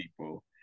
people